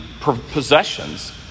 possessions